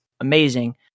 amazing